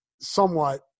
somewhat